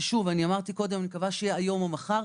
שאני מקווה שיהיה היום או מחר,